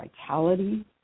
vitality